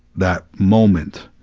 that moment